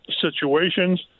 situations